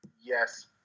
Yes